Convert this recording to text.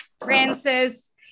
francis